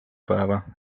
päeva